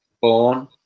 born